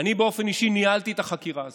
אני באופן אישי ניהלתי את החקירה הזאת.